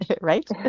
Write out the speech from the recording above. Right